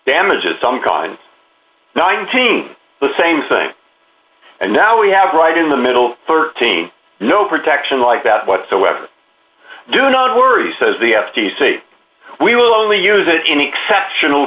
damages some kind nineteen the same thing and now we have right in the middle thirteen no protection like that whatsoever do not worry says the f t c we will only use it in exceptional